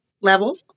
level